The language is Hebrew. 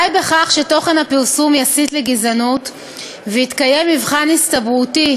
די בכך שתוכן הפרסום יסית לגזענות ויתקיים מבחן הסתברותי